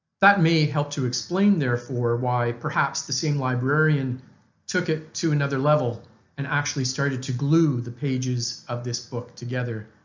that may help to explain therefore why perhaps the same librarian took it to another level and actually started to glue the pages of this book together,